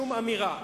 שום אמירה.